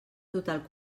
total